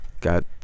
got